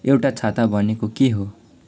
एउटा छाता भनेको के हो